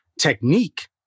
technique